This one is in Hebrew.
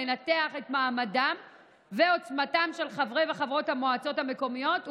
לנתח את מעמדם ועוצמתם של חברי וחברות המועצות המקומיות,